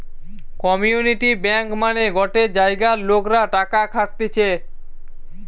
community bank মানে গটে জায়গার লোকরা টাকা খাটতিছে